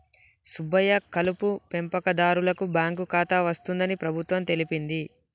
సుబ్బయ్య కలుపు పెంపకందారులకు బాంకు ఖాతా వస్తుందని ప్రభుత్వం తెలిపింది